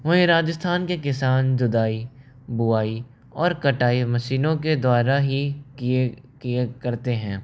वहीं राजस्थान के किसान जुताई बुवाई और कटाई मशीनों के द्वारा ही किए किए करते हैं